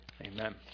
Amen